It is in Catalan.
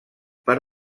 per